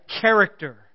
character